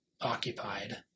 occupied